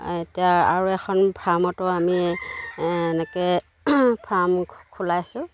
এতিয়া আৰু এখন ফাৰ্মতো আমি এনেকৈ ফাৰ্ম খোলাইছোঁ